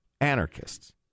anarchists